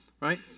Right